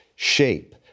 shape